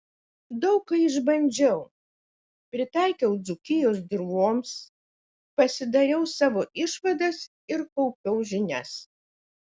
daug ką išbandžiau pritaikiau dzūkijos dirvoms pasidariau savo išvadas ir kaupiau žinias